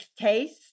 taste